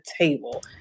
table